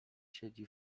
siedzi